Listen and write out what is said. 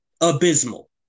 Abysmal